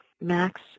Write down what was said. Max